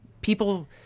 People